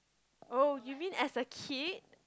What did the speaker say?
oh you mean as a kid